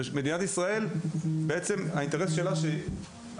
למדינת ישראל יש אינטרס גדול מכל דבר אחר,